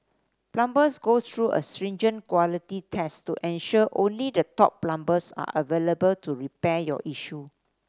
plumbers go through a stringent quality test to ensure only the top plumbers are available to repair your issue